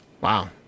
Wow